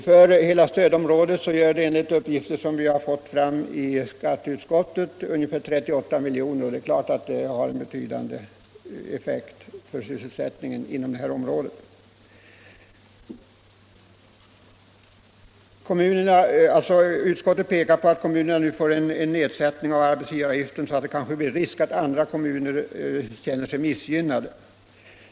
För hela stödområdet gör det enligt uppgifter som vi har fått fram i skatteutskottet ungefär 38 miljoner, och det är alldeles klart att det har en betydande effekt för sysselsättningen inom området. Utskottet pekar på att om vissa kommuner nu får en nedsättning av arbetsgivaravgiften så riskerar vi att andra kommuner känner sig missgynnade.